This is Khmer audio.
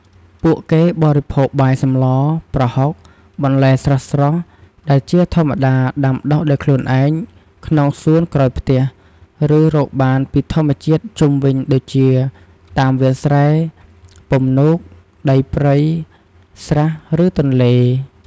ពួកគេបរិភោគបាយសម្លរ ប្រហុក បន្លែស្រស់ៗ ដែលជាធម្មតាដាំដុះដោយខ្លួនឯងក្នុងសួនក្រោយផ្ទះ ឬរកបានពីធម្មជាតិជុំវិញដូចជា តាមវាលស្រែ ពំនូក ដីព្រៃ ស្រះ ឬទន្លេ។